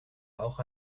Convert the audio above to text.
auch